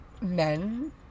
Men